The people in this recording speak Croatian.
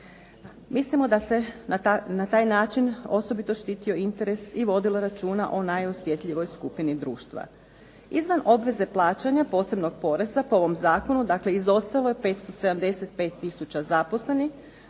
Mislimo da se na taj način osobito štitio interes i vodilo računa o najosjetljivijoj skupini društva. Izvan obveze plaćanja posebnog poreza po ovom zakonu, dakle izostalo je 575 tisuća zaposlenih